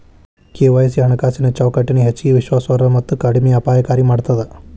KYC ಹಣಕಾಸಿನ್ ಚೌಕಟ್ಟನ ಹೆಚ್ಚಗಿ ವಿಶ್ವಾಸಾರ್ಹ ಮತ್ತ ಕಡಿಮೆ ಅಪಾಯಕಾರಿ ಮಾಡ್ತದ